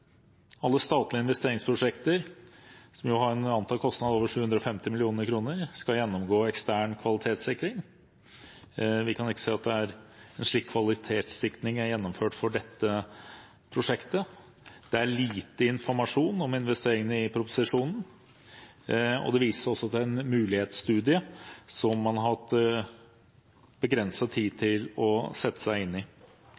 alle statlige investeringsprosjekter med antatt kostnad på over 750 mill. kr skal gjennomgå ekstern kvalitetssikring. Vi kan ikke se at en slik kvalitetssikring er gjennomført for dette prosjektet. Det er lite informasjon om investeringene i proposisjonen, og det vises også til en mulighetsstudie som man har hatt begrenset med tid